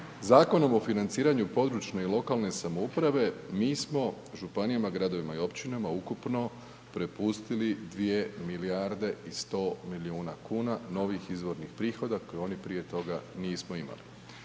Zakonom o financiranju područne i lokalne samouprave, mi smo županijama, gradovima i općinama, ukupno prepustili 2 milijarde i 100 milijuna kuna, novih izvornih prihoda, koji oni prije toga, nismo imali.